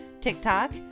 TikTok